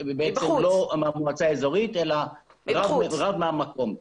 לא מהמועצה האזורית, אלא רב מהמקום.